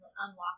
unlock